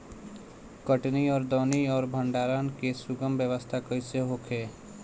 कटनी और दौनी और भंडारण के सुगम व्यवस्था कईसे होखे?